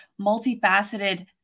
multifaceted